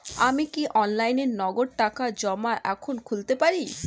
আমি কি অনলাইনে নগদ টাকা জমা এখন খুলতে পারি?